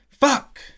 fuck